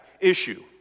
issue